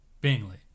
Bingley